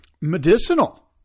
medicinal